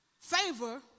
Favor